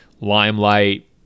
limelight